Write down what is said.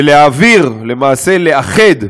ולהעביר, למעשה לאחד,